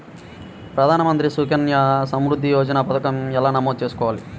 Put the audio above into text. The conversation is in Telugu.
ప్రధాన మంత్రి సుకన్య సంవృద్ధి యోజన పథకం ఎలా నమోదు చేసుకోవాలీ?